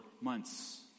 months